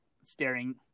staring